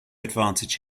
advantage